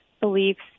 beliefs